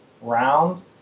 round